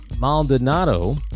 Maldonado